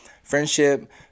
Friendship